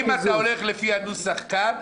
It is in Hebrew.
יחולו ההוראות